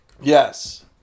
yes